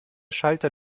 schalter